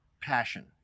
passion